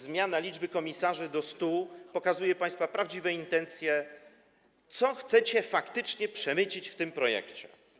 Zmiana liczby komisarzy do 100 pokazuje państwa prawdziwe intencje co do tego, co chcecie faktycznie przemycić w tym projekcie.